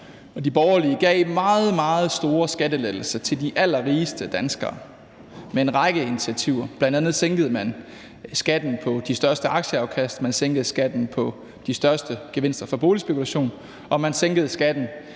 gav meget, meget store skattelettelser til de allerrigeste danskere. Bl.a. sænkede man skatten på de største aktieafkast, man sænkede skatten på de største gevinster fra boligspekulation, og man sænkede skatten